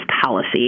policy